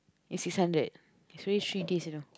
is six hundred is already three days you know